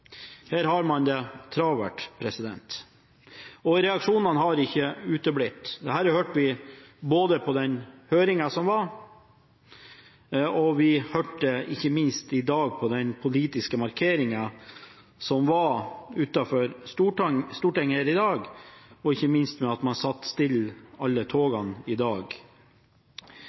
Her har man det travelt, og reaksjonene har ikke uteblitt. Det hørte vi i høringen som var, og vi hørte det ikke minst i dag ved den politiske markeringen som var utenfor Stortinget, og ikke minst ved at alle tog